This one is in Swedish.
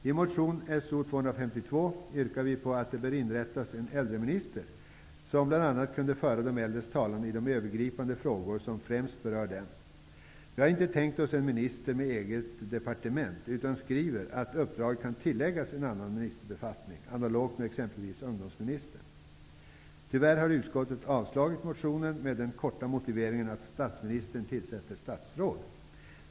I motion So252 yrkar vi på att det bör inrättas en äldreminister, som bl.a. kunde föra de äldres talan i de övergripande frågor som främst berör dem. Vi har inte tänkt oss en minister med eget departement, utan skriver att uppdraget kan tilläggas en annan ministerbefattning, analogt med exempelvis ungdomsministeruppdraget. Tyvärr har utskottet avstyrkt motionen med den korta motiveringen ''statsministern tillsätter statsråd''.